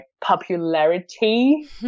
popularity